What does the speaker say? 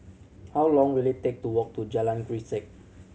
how long will it take to walk to Jalan Grisek